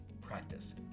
practice